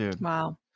Wow